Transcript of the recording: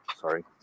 Sorry